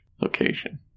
location